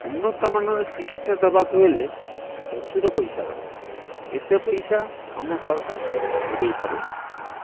ଉନ୍ନତମାନର ଚିକିତ୍ସା ଦେବାକୁ ହେଲେ ପ୍ରଚୁର ପଇସା ଦରକାର ଏତେ ପଇସା ଆମ ସରକାର ଯୋଗାଇ ପାରୁନାହାଁନ୍ତି